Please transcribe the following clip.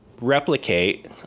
replicate